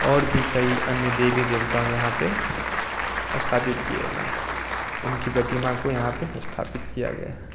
और भी कई अन्य देवी देवता यहाँ पे स्थापित किए गए हैं उनकी प्रतिमा को यहाँ पे स्थापित किया गया है